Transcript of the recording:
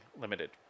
limited